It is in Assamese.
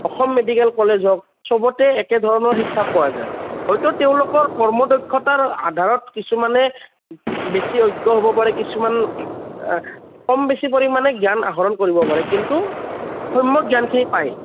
অসম মেডিকেল কলেজ হওক চবতে একেধৰণৰ শিক্ষাই পোৱা যায় হয়তো তেওঁলোকৰ কৰ্মদক্ষতাৰ আধাৰত কিছুমানে বেছি অজ্ঞ হ'ব পাৰে কিছুমান ক'ম বেছি পৰিমাণে জ্ঞান আহৰণ কৰিব পাৰে কিন্তু সম্যক জ্ঞানখিনি পায়